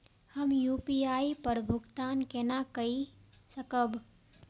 हम यू.पी.आई पर भुगतान केना कई सकब?